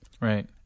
Right